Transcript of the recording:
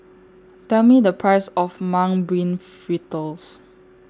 Tell Me The Price of Mung Bean Fritters